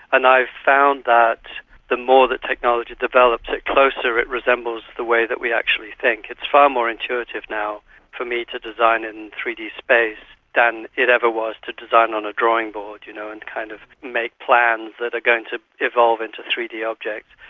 and i've found that the more that technology develops, the closer it resembles the way that we actually think. it's far more intuitive now for me to design in three d space than it ever was to design on a drawing board you know and kind of make plans that are going to evolve into three d objects.